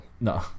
No